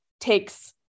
takes